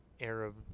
Arab